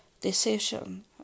decision